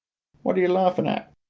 what are you larfin at?